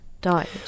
died